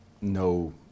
no